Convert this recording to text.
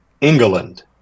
England